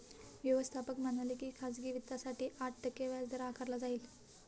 व्यवस्थापक म्हणाले की खाजगी वित्तासाठी आठ टक्के व्याजदर आकारला जाईल